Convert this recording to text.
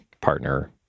partner